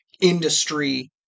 industry